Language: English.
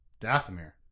Dathomir